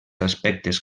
aspectes